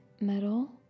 metal